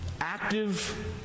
active